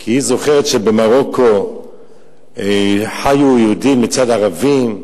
כי היא זוכרת שבמרוקו חיו יהודים לצד ערבים באחדות,